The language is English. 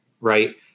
right